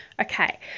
okay